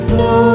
no